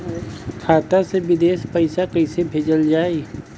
खाता से विदेश पैसा कैसे भेजल जाई?